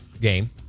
game